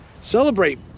celebrate